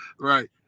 right